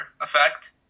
effect